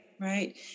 right